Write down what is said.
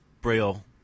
Braille